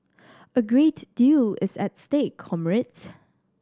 a great deal is at stake comrades